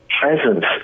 presence